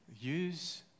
Use